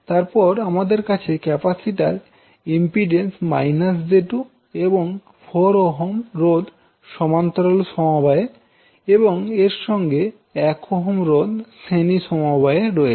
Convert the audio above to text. তারপর আমাদের কাছে ক্যাপাসিটরের ইম্পিড্যান্স j 2 এবং 4Ω রোধ সমান্তরাল সমবায়ে এবং এর সঙ্গে 1Ω রোধ শ্রেণী সমবায়ে রয়েছে